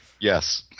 Yes